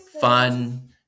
fun